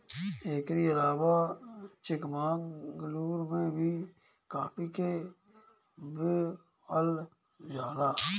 एकरी अलावा चिकमंगलूर में भी काफी के बोअल जाला